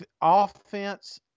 offense –